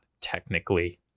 technically